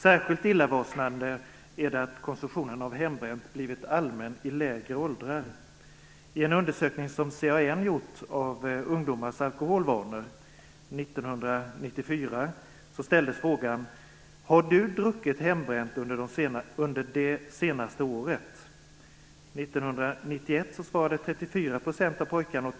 Särskilt illavarslande är att konsumtionen av hembränt blivit allmän i lägre åldrar. I en undersökning som CAN gjort om ungdomars alkoholvanor 1994 30 % av flickorna ja.